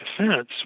Defense